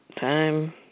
Time